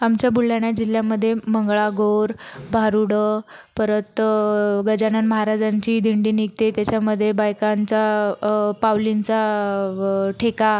आमच्या बुलढाणा जिल्ह्यामध्ये मंगळागौर भारुडं परत गजानन महाराजांची दिंडी निघते त्याच्यामध्ये बायकांचा पाऊलींचा ठेका